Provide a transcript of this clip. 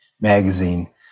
magazine